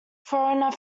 foreigner